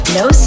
no